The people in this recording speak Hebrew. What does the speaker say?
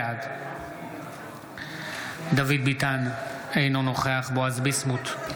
בעד דוד ביטן, אינו נוכח בועז ביסמוט,